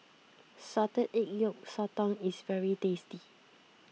Salted Egg Yolk Sotong is very tasty